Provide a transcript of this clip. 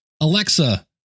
Alexa